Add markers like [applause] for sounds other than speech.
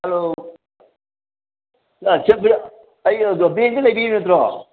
hello [unintelligible] ꯑꯩ ꯕꯦꯡꯗ ꯂꯩꯕꯤꯔꯤ ꯅꯠꯇ꯭ꯔꯣ